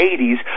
80s